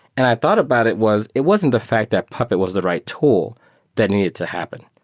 and i thought about it was, it wasn't the fact that puppet was the right tool that needed to happen.